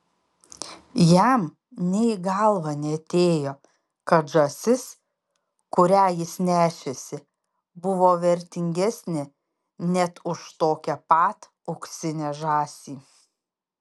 jam nė į galvą neatėjo kad žąsis kurią jis nešėsi buvo vertingesnė net už tokią pat auksinę žąsį